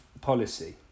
policy